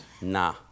Nah